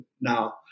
now